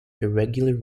irregular